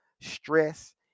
stress